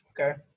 Okay